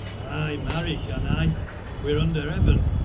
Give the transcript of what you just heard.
ay, marry, can i we are under heaven.